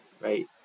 right